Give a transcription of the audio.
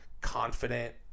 confident